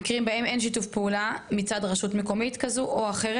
במקרים בהם אין שיתוף פעולה מצד רשות כזו או אחרת.